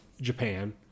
Japan